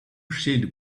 child